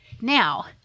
Now